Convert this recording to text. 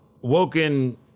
woken